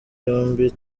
yombi